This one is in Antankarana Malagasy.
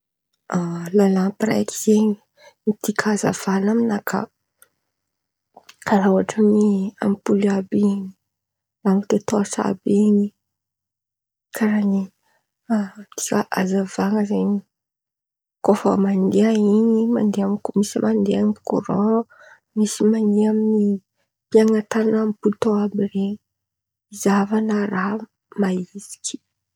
La lampy raiky zen̈y midika hazavan̈a amy nakà karàha ohatra oe ampoly àby in̈y, lampy de tôrsa àby in̈y, karàha in̈y. Fa- za- azavan̈ana zen̈y kô fa mandeha in̈y misy mandeha amy koran, misy mandeha amy pihan̈a amy tanan̈a amy botòn àby ren̈y, zahavan̈ana raha maiziky.